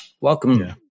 Welcome